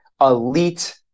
elite